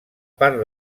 part